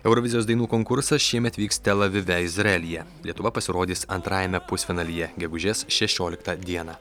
eurovizijos dainų konkursas šiemet vyks tel avive izraelyje lietuva pasirodys antrajame pusfinalyje gegužės šešioliktą dieną